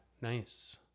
Nice